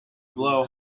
blow